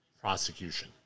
prosecution